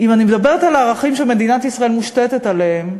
אם אני מדברת על הערכים שמדינת ישראל מושתתת עליהם,